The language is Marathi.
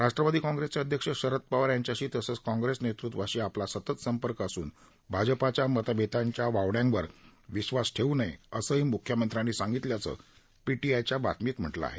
राष्ट्रवादी काँग्रेसचे अध्यक्ष शरद पवार यांच्याशी तसंच काँग्रेस नेतृत्वाशी आपला सतत संपर्क असून भाजपाच्या मतभेदाच्या वावड्यांवर विश्वास ठेवू नये असंही म्ख्यमंत्र्यांनी सांगितल्याचं पीटीआयच्या बातमीत म्हटलं आहे